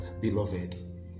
Beloved